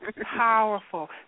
powerful